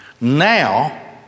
now